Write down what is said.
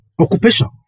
Occupation